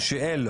מי שאין לו.